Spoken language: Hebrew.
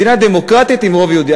מדינה דמוקרטית עם רוב יהודי.